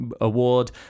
award